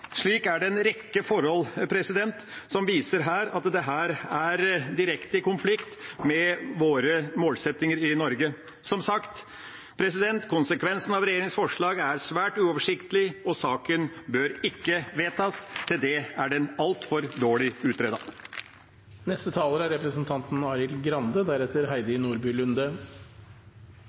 Slik er det her en rekke forhold som viser at dette er direkte i konflikt med våre målsettinger i Norge. Som sagt: Konsekvensene av regjeringas forslag er svært uoversiktlige, og innstillinga bør ikke vedtas. Til det er saken altfor dårlig utredet. Arbeiderpartiet vil ha et trygt og rettferdig arbeidsliv med hele, faste stillinger. Nå er